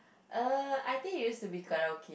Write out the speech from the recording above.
uh I think it used to be karaoke